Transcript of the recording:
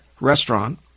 restaurant